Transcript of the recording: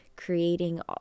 creating